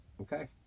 Okay